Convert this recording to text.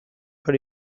par